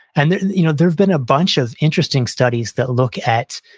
and there've you know there've been a bunch of interesting studies that look at,